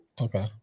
Okay